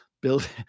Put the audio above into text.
Build